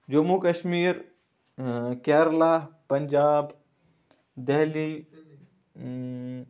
Jammu Kashmir Kerala Punjab Delhi اۭں